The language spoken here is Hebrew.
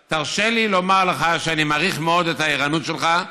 אז תרשה לי לומר לך שאני מעריך מאוד את הערנות שלך,